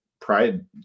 pride